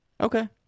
Okay